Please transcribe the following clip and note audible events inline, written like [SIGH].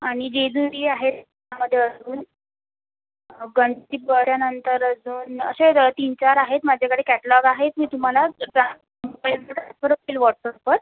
आणि जेजुरी आहे त्यामध्ये अजून गणपतीपुळ्यानंतर अजून असे तीन चार आहेत माझ्याकडे कॅटलॉग आहे मी तुम्हाला [UNINTELLIGIBLE] व्हॉटसअपवर